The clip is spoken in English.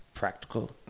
Practical